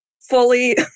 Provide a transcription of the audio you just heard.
fully